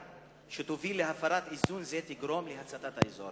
שתוביל להפרת איזון זה תגרום להצתת האזור